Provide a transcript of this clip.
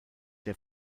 der